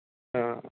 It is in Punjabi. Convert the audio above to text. ਹਾਂ